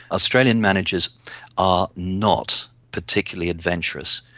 australian managers are not particularly adventurous.